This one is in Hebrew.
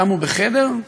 שמו בחדר,